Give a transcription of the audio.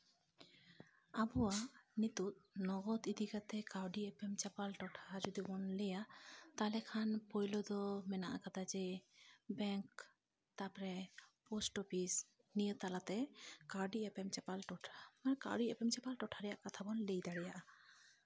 ᱟᱵᱚᱣᱟᱜ ᱱᱤᱛᱚᱜ ᱞᱚᱜᱚᱛ ᱤᱫᱤ ᱠᱟᱛᱮᱜ ᱠᱟᱹᱣᱰᱤ ᱮᱯᱮᱢ ᱪᱟᱯᱟᱞ ᱴᱚᱴᱷᱟ ᱡᱩᱫᱤ ᱵᱚᱱ ᱞᱟᱹᱭᱟ ᱛᱟᱦᱚᱞᱮ ᱠᱷᱟᱱ ᱯᱳᱭᱞᱳ ᱫᱚ ᱢᱮᱱᱟᱜ ᱟᱠᱟᱫᱟ ᱡᱮ ᱵᱮᱝᱠ ᱛᱟᱨᱯᱚᱨᱮ ᱯᱳᱥᱴ ᱚᱯᱷᱤᱥ ᱱᱤᱭᱟᱹ ᱛᱟᱞᱟᱛᱮ ᱠᱟᱹᱣᱰᱤ ᱮᱯᱮᱢ ᱪᱟᱯᱟᱞ ᱴᱚᱴᱷᱟ ᱠᱟᱹᱣᱰᱤ ᱮᱯᱮᱢ ᱪᱟᱯᱟᱞ ᱴᱚᱴᱷᱟ ᱨᱮᱭᱟᱜ ᱠᱟᱛᱷᱟ ᱵᱚᱱ ᱞᱟᱹᱭ ᱫᱟᱲᱮᱭᱟᱜᱼᱟ